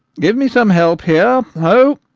give me some help here, ho!